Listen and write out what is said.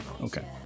okay